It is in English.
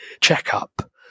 checkup